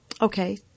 Okay